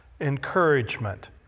encouragement